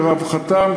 לרווחתן,